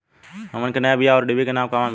हमन के नया बीया आउरडिभी के नाव कहवा मीली?